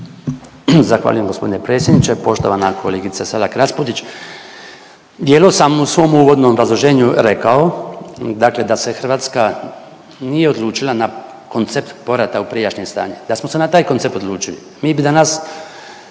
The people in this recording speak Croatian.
Zahvaljujem gospodine predsjedniče. Poštovana kolegice Selak Raspudić, dijelom sam u svom uvodnom obrazloženju rekao dakle da se Hrvatska nije odlučila na koncept povrata u prijašnje stanje. Da smo se na taj koncept odlučili mi bi danas